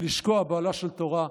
לשקוע באוהלה של תורה,